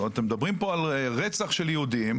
אתם מדברים פה על רצח של יהודים,